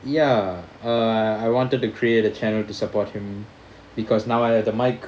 ya uh I wanted to create a channel to support him because now I have the mic